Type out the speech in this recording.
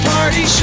Party